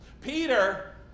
Peter